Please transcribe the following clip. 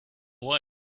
away